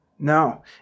No